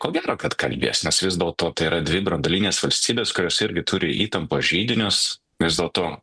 ko gero kad kalbės nes vis dėlto tai yra dvi branduolinės valstybės kurios irgi turi įtampos židinius vis dėlto